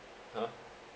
!huh!